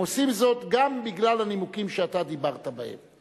עושים זאת גם בגלל הנימוקים שאתה דיברת בהם.